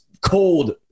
cold